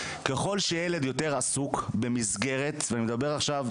ככול שילד יותר עסוק במסגרת ואני מדבר עכשיו,